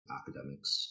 academics